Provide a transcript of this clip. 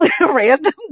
random